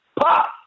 Pop